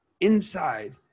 inside